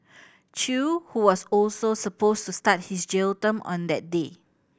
chew who was also supposed to start his jail term on that day